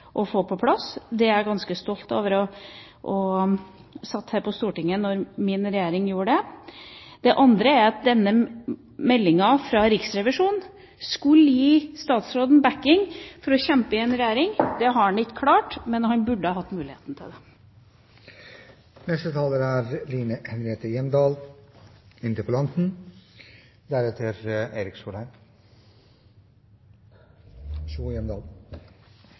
på plass. Jeg er ganske stolt over at jeg satt her på Stortinget da min regjering gjorde det. Det andre er at denne meldinga fra Riksrevisjonen skulle gi statsråden bakking for å kjempe i en regjering. Det har han ikke klart. Men han burde hatt muligheten til det. Da vil jeg takke for interpellasjonsdebatten. Jeg tror det er